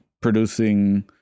producing